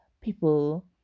people